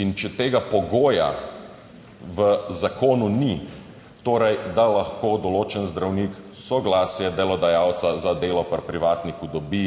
In če tega pogoja v zakonu ni, torej, da lahko določen zdravnik soglasje delodajalca za delo pri privatniku dobi